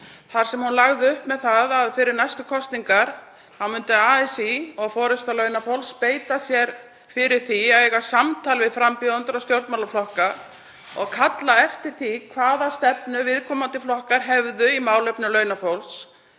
þar sem hún lagði upp með það að fyrir næstu kosningar myndi ASÍ og forysta launafólks beita sér fyrir því að eiga samtal við frambjóðendur og stjórnmálaflokka og kalla eftir því hvaða stefnu viðkomandi flokkar hefðu í málefnum launafólks.